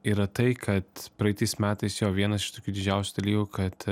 yra tai kad praeitais metais jo vienas iš tokių didžiausių dalykų kad